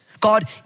God